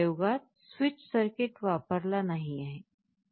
या प्रयोगात switch circuit वापरला नाही आहे